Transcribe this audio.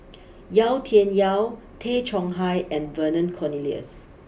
Yau Tian Yau Tay Chong Hai and Vernon Cornelius